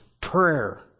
prayer